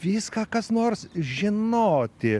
viską kas nors žinoti